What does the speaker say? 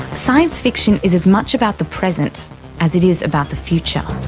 science fiction is as much about the present as it is about the future.